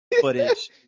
footage